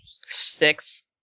Six